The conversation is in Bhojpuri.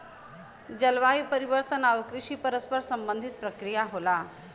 जलवायु परिवर्तन आउर कृषि परस्पर संबंधित प्रक्रिया होला